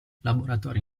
laboratori